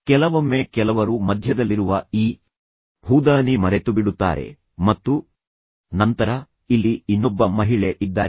ಕೆಲವೊಮ್ಮೆ ಕೆಲವರು ಮಧ್ಯದಲ್ಲಿರುವ ಈ ಹೂದಾನಿ ಮರೆತುಬಿಡುತ್ತಾರೆ ಮತ್ತು ನಂತರ ಇಲ್ಲಿ ಇನ್ನೊಬ್ಬ ಮಹಿಳೆ ಇದ್ದಾರೆ